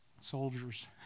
soldiers